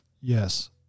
Yes